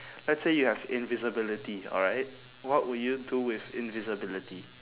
let's say you have invisibility alright what would you do with invisibility